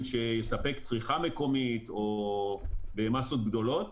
שיספק צריכה מקומית או במסות גדולות.